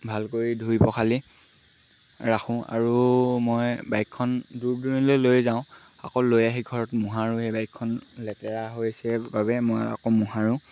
ভাল কৰি ধুই পখালি ৰাখোঁ আৰু মই বাইকখন দূৰ দূৰণিলৈ লৈ যাওঁ আকৌ লৈ আহি ঘৰত মোহাৰোঁ সেই বাইকখন লেতেৰা হৈছে বাবে মই আকৌ মোহাৰোঁ